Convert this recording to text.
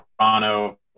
Toronto